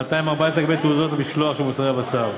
214 לגבי תעודות המשלוח של מוצרי הבשר.